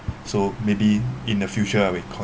so maybe in the future we consider